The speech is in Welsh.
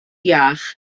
iach